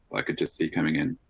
i could just see coming in.